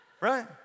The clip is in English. right